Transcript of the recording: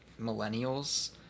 millennials